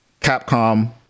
Capcom